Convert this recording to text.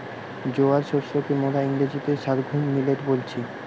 জোয়ার শস্যকে মোরা ইংরেজিতে সর্ঘুম মিলেট বলতেছি